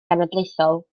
genedlaethol